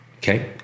Okay